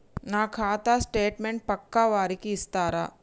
నా ఖాతా స్టేట్మెంట్ పక్కా వారికి ఇస్తరా?